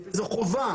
זאת חובה